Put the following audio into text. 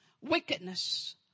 wickedness